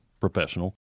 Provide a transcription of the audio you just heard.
professional